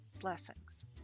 Blessings